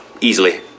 easily